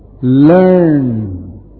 learn